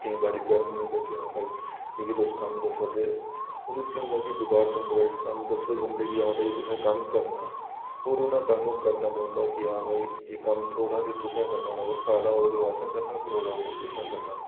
केईं बारी गर्म होई जंदे कि हां भाई तुस मिगी कम्म दस्सा दे ओह्दे च केह् होंदा कि डिपार्टमैंट्ट वाइज़ कम्म दस्सेआ जंदा कि हां भाई तुसें कम्म करना होर उ'नें ओह् कम्म करना पौंदा कि हां भाई एह् कम्म थोआड़ा एह् तुसें गै करना साढ़ा होग ते असें करना थुआढ़ा होग ते तुसें करना